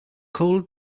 cold